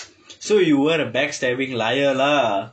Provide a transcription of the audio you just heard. so you were a back stabbing liar lah